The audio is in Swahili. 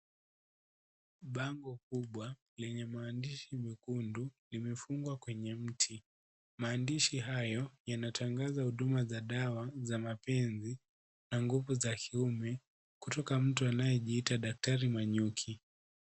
Bango kubwa lenye maandishi mekundu limefungwa kwenye mti, maandishi hayo yanatangaza huduma za dawa za mapenzi na nguvu za kiume kutoka kutoka mtu anayejiita daktari Manyuki.